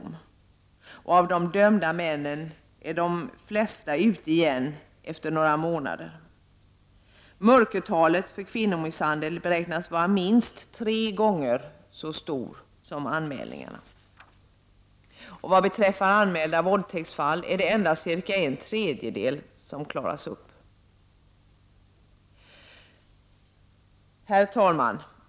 Men de flesta av de dömda männen är ute igen efter några månader. Mörkertalet för kvinnomisshandel beräknas vara minst tre gånger så stort som antalet gjorda anmälningar. Vad beträffar anmälda våldtäktsfall är det endast cirka en tredjedel som klaras upp.